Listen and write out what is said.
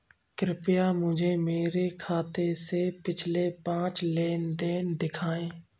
कृपया मुझे मेरे खाते से पिछले पांच लेन देन दिखाएं